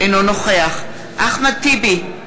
אינו נוכח אחמד טיבי,